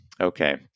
okay